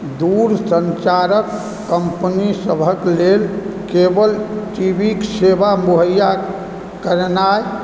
दूरसञ्चारक company सभक लेल केवल टी वी क सेवा मुहैया करेनाइ